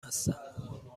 هستم